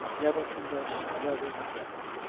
never confess! never, never!